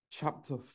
chapter